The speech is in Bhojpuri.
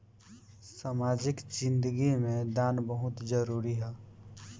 सामाजिक जिंदगी में दान बहुत जरूरी ह